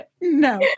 No